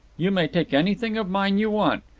you may take anything of mine you want.